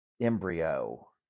embryo